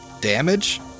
damage